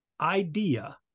idea